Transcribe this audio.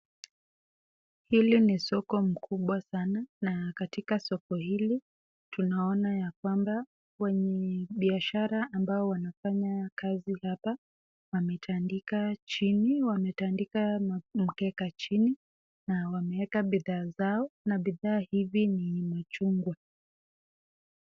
Hili ni soko mkubwa sana, nakatikasokohili tunaona ya kwamba wanabiashara ambao wanafanya kazi hapa wametandika chini, wametandika mkeka chini na wameekabidhaa zao na bidhaa hizi ni machungwa.